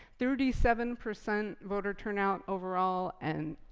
thirty seven percent voter turnout overall. and